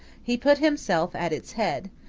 he put himself at its head,